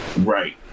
Right